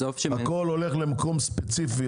הכל הולך למקום ספציפי.